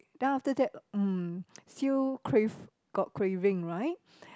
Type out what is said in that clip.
then after that mm still crave got craving right